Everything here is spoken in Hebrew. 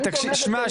תשמע,